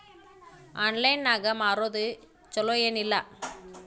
Online ನಾಗ್ ಮಾರೋದು ಛಲೋ ಏನ್ ಇಲ್ಲ?